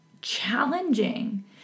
challenging